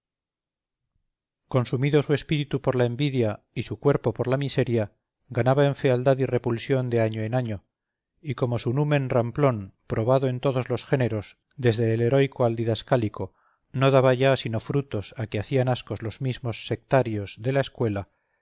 consumido su espíritu por la envidia y su cuerpo por la miseria ganaba en fealdad y repulsión de año en año y como su numen ramplón probado en todos los géneros desde el heroico al didascálico no daba ya sino frutos a que hacían ascos los mismos sectarios de la escuela